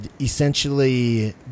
essentially